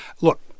look